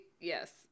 Yes